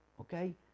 okay